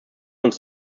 uns